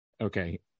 Okay